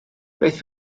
beth